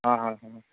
हां हां हां